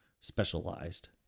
specialized